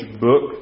book